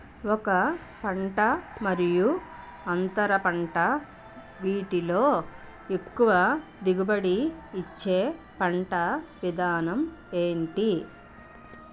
ఒక పంట మరియు అంతర పంట వీటిలో ఎక్కువ దిగుబడి ఇచ్చే పంట విధానం ఏంటి?